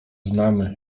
znamy